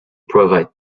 provide